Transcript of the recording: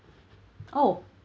oh